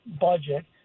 budget